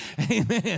Amen